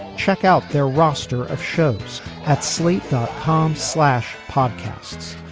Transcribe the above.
check out their roster of shows at slate dot com slash podcasts.